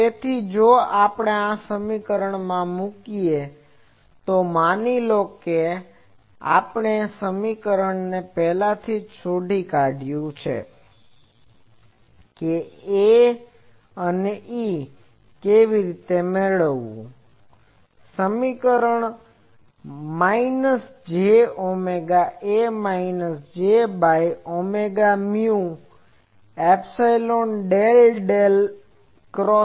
તેથી જો આપણે આ સમીકરણમાં મૂકીએ તો માની લો કે આપણે આ સમીકરણ પહેલાથી જ શોધી કાઢયુ છે કે A થી E કેવી રીતે મેળવવું તે સમીકરણ minus j omega A minus j by omega mu epsilon Del Del cross A